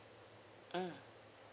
mm